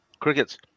Crickets